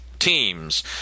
teams